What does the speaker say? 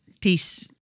Peace